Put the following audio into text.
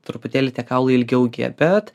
truputėlį tie kaulai ilgiau gyja bet